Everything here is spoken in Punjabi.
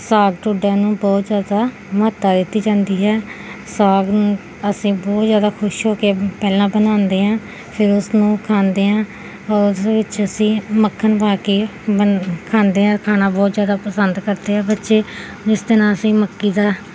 ਸਾਗ ਢੋਡਿਆਂ ਨੂੰ ਬਹੁਤ ਜ਼ਿਆਦਾ ਮਹੱਤਤਾ ਦਿੱਤੀ ਜਾਂਦੀ ਹੈ ਸਾਗ ਨੂੰ ਅਸੀਂ ਬਹੁਤ ਜ਼ਿਆਦਾ ਖੁਸ਼ ਹੋ ਕੇ ਪਹਿਲਾਂ ਬਣਾਉਂਦੇ ਹਾਂ ਫਿਰ ਉਸ ਨੂੰ ਖਾਂਦੇ ਹਾਂ ਔਰ ਉਸ ਵਿੱਚ ਅਸੀਂ ਮੱਖਣ ਪਾ ਕੇ ਬਣ ਖਾਂਦੇ ਹਾਂ ਖਾਣਾ ਬਹੁਤ ਜ਼ਿਆਦਾ ਪਸੰਦ ਕਰਦੇ ਆ ਬੱਚੇ ਜਿਸ ਦੇ ਨਾਲ ਅਸੀਂ ਮੱਕੀ ਦਾ